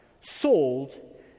sold